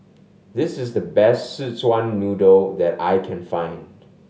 this is the best Szechuan Noodle that I can find